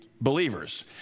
believers